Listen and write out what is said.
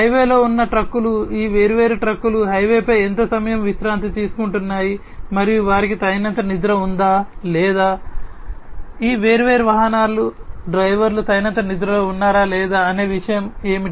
హైవేలో ఉన్న ట్రక్కులు ఈ వేర్వేరు ట్రక్కులు హైవేపై ఎంత సమయం విశ్రాంతి తీసుకుంటున్నాయి మరియు వారికి తగినంత నిద్ర ఉందా లేదా ఈ వేర్వేరు వాహనాల డ్రైవర్లు తగినంత నిద్రలో ఉన్నారా లేదా అనే విషయం ఏమిటి